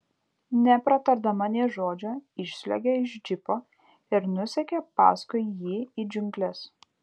nepratardama nė žodžio išsliuogė iš džipo ir nusekė paskui jį į džiungles